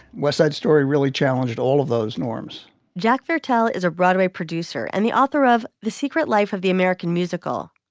west side story really challenged all of those norms jack fertel is a broadway producer and the author of the secret life of the american musical.